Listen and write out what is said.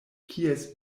kies